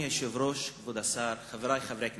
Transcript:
אדוני היושב-ראש, כבוד השר, חברי חברי הכנסת,